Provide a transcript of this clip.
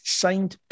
signed